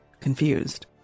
Confused